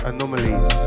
Anomalies